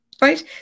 Right